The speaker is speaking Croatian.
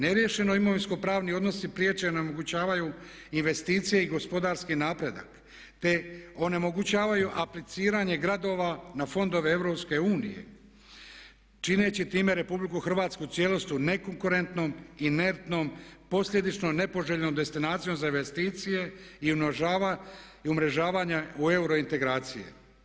Neriješeni imovinsko-pravni odnosi priječe i onemogućavaju investicije i gospodarski napredak te onemogućavaju apliciranje gradova na fondove EU čineći time RH u cijelosti nekonkurentnom, inertnom, posljedično nepoželjnom destinacijom za investicije i umrežavanje u euro integracije.